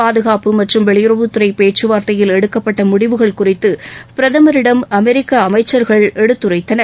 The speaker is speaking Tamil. பாதுகாப்பு மற்றும் வெளியுறவுத்துறை பேச்சுவார்த்தையில் எடுக்கப்பட்ட முடிவுகள் குறித்து பிரதமரிடம் அமெரிக்க அமைச்சர்கள் எடுத்துரைத்தனர்